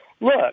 look